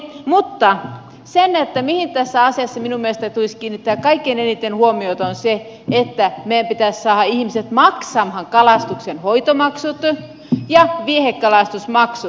mutta se mihin tässä asiassa minun mielestäni tulisi kiinnittää kaikkein eniten huomiota on se että meidän pitäisi saada ihmiset maksamaan kalastuksen hoitomaksut ja viehekalastusmaksut